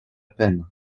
peine